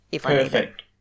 Perfect